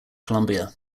columbia